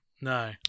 no